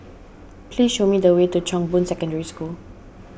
please show me the way to Chong Boon Secondary School